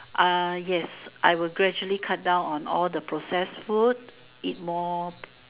yes I would gradually cut down on all the processed food eat more